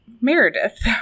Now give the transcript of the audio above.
Meredith